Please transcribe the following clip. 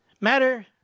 matter